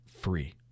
free